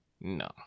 No